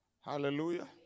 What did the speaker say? Hallelujah